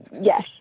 yes